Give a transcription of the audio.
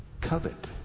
Covet